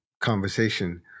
conversation